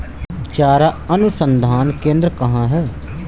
चारा अनुसंधान केंद्र कहाँ है?